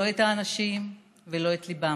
לא את האנשים ולא את ליבם.